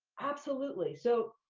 absolutely. so,